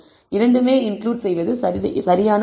இரண்டுமே இன்கிளுட் செய்வது சரியானதல்ல